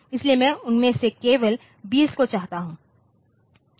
इसलिए मैं उनमें से केवल 20 को चाहता हूं